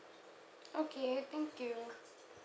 okay thank you